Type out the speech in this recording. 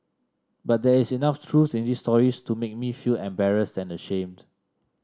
but there is enough truth in these stories to make me feel embarrassed and ashamed